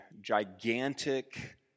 gigantic